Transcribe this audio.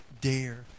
dare